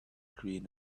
green